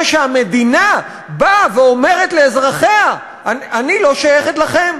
שהמדינה באה ואומרת לאזרחיה: אני לא שייכת לכם,